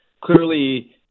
clearly